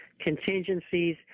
contingencies